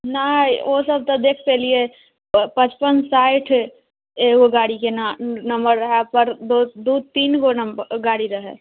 नहि ओ सब तऽ देख पयलियै तऽ पचपन साठि एगो गाड़ीके ना नम्बर रहैया पर डो दू तीन गो नम्बर गाड़ी रहै